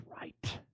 right